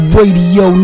Radio